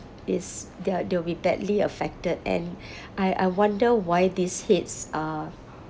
it's they're they will be badly affected and I I wonder why these heads are